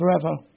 forever